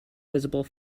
visible